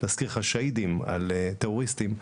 אני אזכיר לך שאהידים על טרוריסטים,